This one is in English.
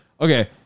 Okay